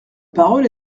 parole